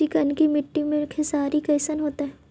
चिकनकी मट्टी मे खेसारी कैसन होतै?